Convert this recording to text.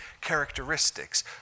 characteristics